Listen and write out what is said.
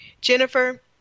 Jennifer